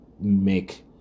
make